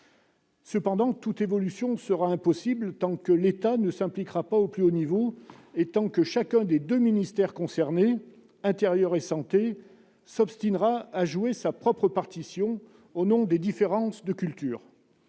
l'urgence. Aucune évolution ne sera possible tant que l'État ne s'impliquera pas au plus haut niveau et tant que chacun des deux ministères concernés, celui de l'intérieur et celui de la santé, s'obstinera à jouer sa propre partition au nom des différences de culture.